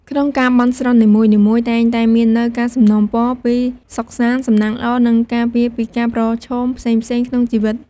ក្នុងការ បន់ស្រន់នីមួយៗ តែងតែមាននូវ ការសំណូមពរ ពី សុខសាន្ត សំណាងល្អ និង ការពារពីការប្រឈមផ្សេងៗ ក្នុងជីវិត។